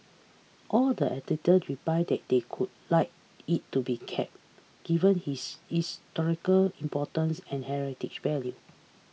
all the editor replied that they could like it to be kept given his historical importance and heritage value